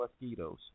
mosquitoes